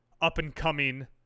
up-and-coming